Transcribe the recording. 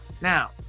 Now